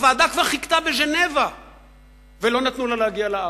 הוועדה כבר חיכתה בז'נבה ולא נתנו לה להגיע לארץ,